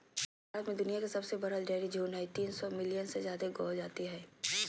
भारत में दुनिया के सबसे बड़ा डेयरी झुंड हई, तीन सौ मिलियन से जादे गौ जाती हई